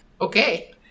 Okay